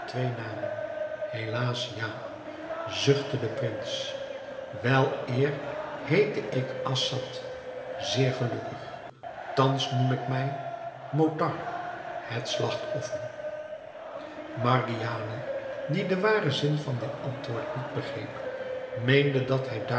twee namen helaas ja zuchtte de prins weleer heette ik assad zeer gelukkig thans noem ik mij motar het slagtoffer margiane die den waren zin van dit antwoord niet begreep meende dat hij